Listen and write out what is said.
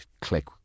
click